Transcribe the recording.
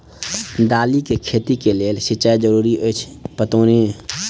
दालि केँ खेती केँ लेल सिंचाई जरूरी अछि पटौनी?